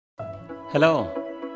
Hello